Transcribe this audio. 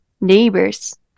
neighbors